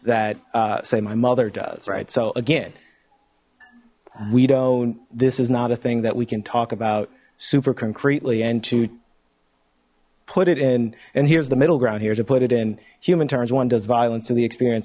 that say my mother does right so again we don't this is not a thing that we can talk about super concretely and to put it in and here's the middle ground here to put it in human terms one does violence to the experience